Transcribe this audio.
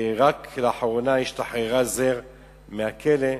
ורק לאחרונה השתחררה מהכלא?